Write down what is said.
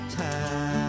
time